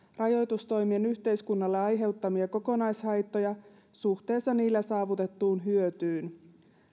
rajoitustoimien yhteiskunnalle aiheuttamia kokonaishaittoja suhteessa niillä saavutettuun hyötyyn